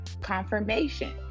confirmation